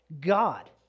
God